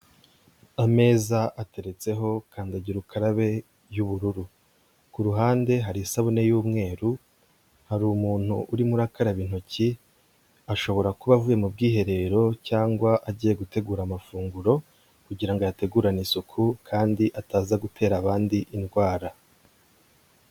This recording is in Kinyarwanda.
Ameza ateretseho kandagira ukarabe y'ubururu. Ku ruhande hari isabune y'umweru, hari umuntu urimo urakaraba intoki, ashobora kuba avuye mu bwiherero cyangwa agiye gutegura amafunguro, kugira ngo ayategurane isuku kandi ataza gutera abandi indwara.